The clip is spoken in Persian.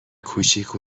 کوچیک